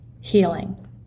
healing